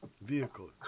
vehicle